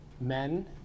men